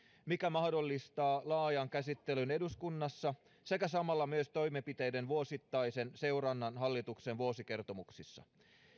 mikä mahdollistaa laajan käsittelyn eduskunnassa sekä samalla myös toimenpiteiden vuosittaisen seurannan hallituksen vuosikertomuksissa